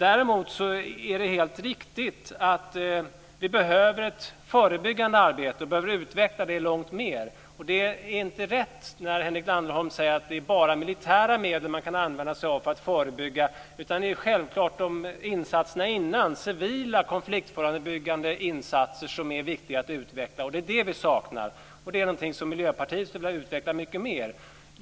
Däremot är det helt riktigt att vi behöver ett förebyggande arbete och behöver utveckla detta långt mer. Det är inte rätt när Henrik Landerholm säger att det bara är militära medel man kan använda sig av för att förebygga. Självklart är också insatserna före - civila, konfliktförebyggande insatser - viktiga att utveckla. Det är detta vi saknar, och det är någonting som Miljöpartiet skulle vilja utveckla mycket mer.